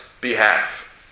behalf